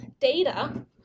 Data